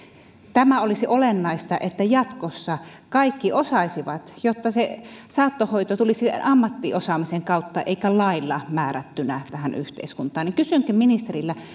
tämä olisi olennaista että jatkossa kaikki osaisivat jotta se saattohoito tulisi ammattiosaamisen kautta eikä lailla määrättynä tähän yhteiskuntaan kysynkin ministeriltä